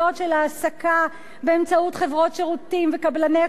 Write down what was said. באמצעות חברות שירותים וקבלני כוח-אדם,